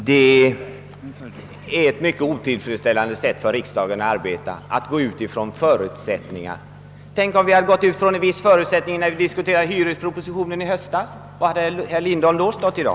Herr talman! Det är ett mycket otillfredsställande arbetssätt för riksdagen att tvingas utgå enbart från förutsättningar. Hur hade det varit om vi hade utgått från en viss förutsättning när vi diskuterade hyrespropositionen i höstas? Var hade herr Lindholm då stått i dag?